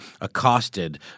accosted